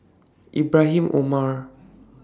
Ibrahim Omar